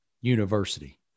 University